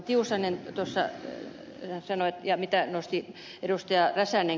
tiusanen tuossa sanoi ja mitä ed